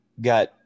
got